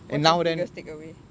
what's our biggest take away